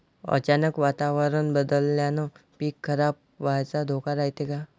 अचानक वातावरण बदलल्यानं पीक खराब व्हाचा धोका रायते का?